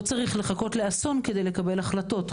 לא צריך לחכות לאסון כדי לקבל החלטות,